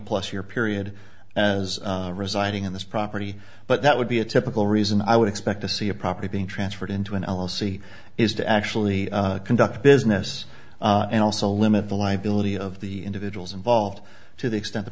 plus year period as residing in this property but that would be a typical reason i would expect to see a property being transferred into an l l c is to actually conduct business and also limit the liability of the individuals involved to the extent the